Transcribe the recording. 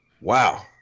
Wow